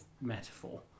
metaphor